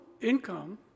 income